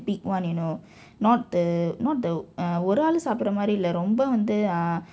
big [one] you know not the not the uh ஒரு ஆள் சாப்பிடற மாதிரி இல்ல ரொம்ப வந்து:oru aal sappidara mathiri illa romba vanthu uh